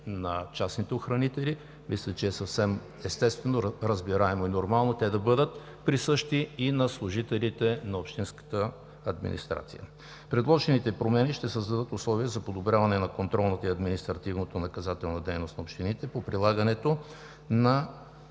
на частните охранители, мисля, че е съвсем естествено, разбираемо и нормално те да бъдат присъщи и на служителите на общинската администрация. Предложените промени ще създадат условия за подобряване на контролната и административнонаказателната дейност на общините по прилагането на